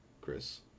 Chris